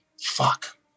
fuck